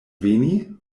veni